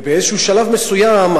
ובשלב מסוים,